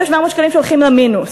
1,700 שקלים שהולכים למינוס.